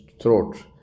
throat